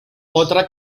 otra